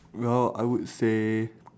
well I would say